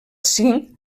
cinc